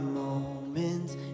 moments